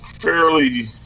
Fairly